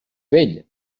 vell